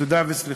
תודה וסליחה.